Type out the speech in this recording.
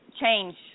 change